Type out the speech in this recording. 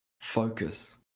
Focus